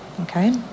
okay